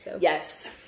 Yes